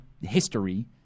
history